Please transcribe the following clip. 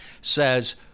says